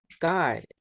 god